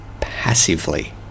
passively